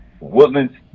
Woodlands